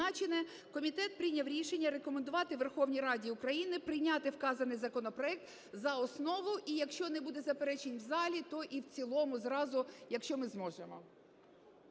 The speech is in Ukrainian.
комітет прийняв рішення рекомендувати Верховній Раді України прийняти вказаний законопроект за основу і, якщо не буде заперечень в залі, то і в цілому зразу, якщо ми зможемо.